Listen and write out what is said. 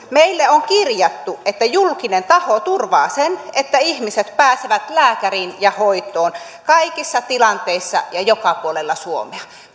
meille on kirjattu että julkinen taho turvaa sen että ihmiset pääsevät lääkäriin ja hoitoon kaikissa tilanteissa ja joka puolella suomea